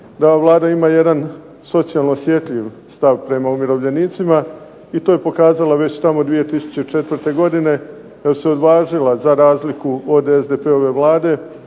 da Vlada ima jedan socijalno osjetljiv stav prema umirovljenicima i to je pokazala već tamo 2004. godine da se odvažila za razliku od SDP-ove Vlade